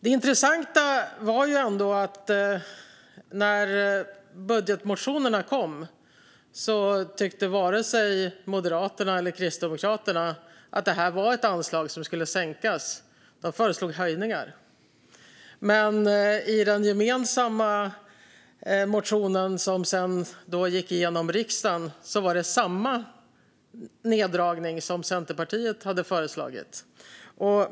Det intressanta var att när budgetmotionerna kom tyckte varken Moderaterna eller Kristdemokraterna att detta var ett anslag som skulle sänkas. De föreslog höjningar. Men i den gemensamma reservationen, som sedan gick igenom i riksdagen, fanns samma neddragning som Centerpartiet hade föreslagit.